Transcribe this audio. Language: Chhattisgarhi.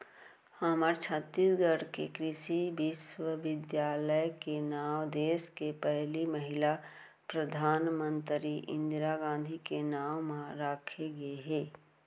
हमर छत्तीसगढ़ के कृषि बिस्वबिद्यालय के नांव देस के पहिली महिला परधानमंतरी इंदिरा गांधी के नांव म राखे गे हे